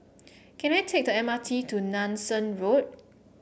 can I take the M R T to Nanson Road